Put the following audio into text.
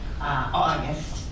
August